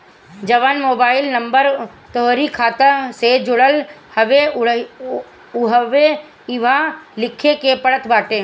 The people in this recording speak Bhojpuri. जवन मोबाइल नंबर तोहरी खाता से जुड़ल हवे उहवे इहवा लिखे के पड़त बाटे